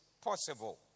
possible